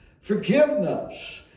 Forgiveness